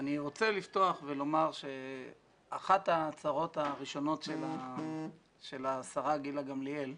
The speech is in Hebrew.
אני רוצה לפתוח ולומר שאחת ההצהרות הראשונות של השרה גילה גמליאל,